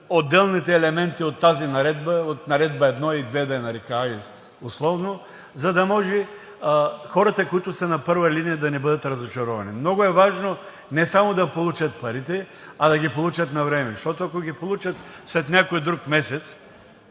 отделните елементи от тази наредба – Наредба № 1 и 2, условно да я нарека, за да може хората, които са на първа линия, да не бъдат разочаровани. Много е важно не само да получат парите, а да ги получат навреме. Защото, ако ги получат след някой друг месец,